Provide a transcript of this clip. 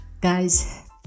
guys